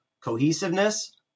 cohesiveness